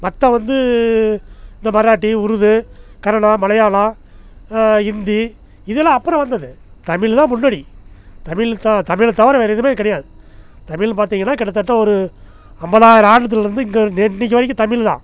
மற்ற வந்து இந்த மராட்டி உருது கன்னடம் மலையாளம் இந்தி இதலாம் அப்புறம் வந்தது தமிழ் தான் முன்னாடி தமிழ் தான் தமிழை தவிர வேறு எதுவுமே கிடையாது தமிழ் பார்த்தீங்கன்னா கிட்டத்தட்ட ஒரு ஐம்பதாயிரம் ஆண்டுத்துலிருந்து இங்கே நே இன்றைக்கி வரைக்கும் தமிழ் தான்